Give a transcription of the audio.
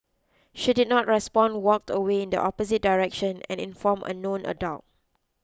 she did not respond walked away in the opposite direction and informed a known adult